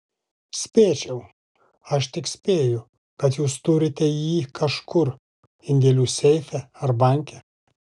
spėčiau aš tik spėju kad jūs turite jį kažkur indėlių seife ar banke